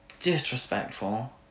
disrespectful